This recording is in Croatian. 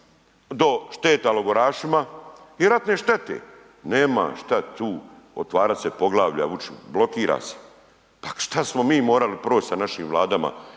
do šteta logorašima i ratne štete, nema šta tu otvarat se poglavlja Vučiću, blokira se, pa šta smo mi morali proć sa našim Vladama